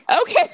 Okay